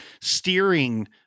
steering